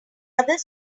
other